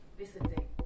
visiting